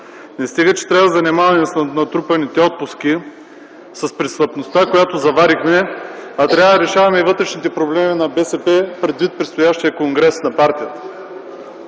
не стига, че трябва да се занимаваме с натрупаните отпуски, с престъпността, която заварихме, а трябва да решаваме и вътрешните проблеми на БСП предвид предстоящия конгрес на партията.